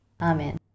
Amen